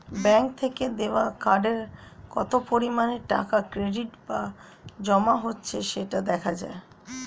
bank থেকে দেওয়া কার্ডে কত পরিমাণে টাকা ক্রেডিট বা জমা হচ্ছে সেটা দেখা যায়